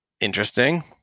Interesting